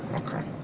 ok.